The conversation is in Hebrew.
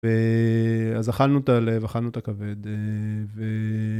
ואז אכלנו את הלב, אכלנו את הכבד ו...